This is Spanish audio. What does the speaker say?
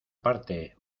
parte